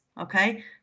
Okay